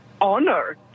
honor